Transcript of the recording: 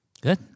Good